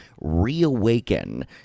reawaken